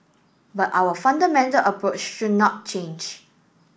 but our fundamental approach should not change